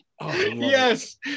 Yes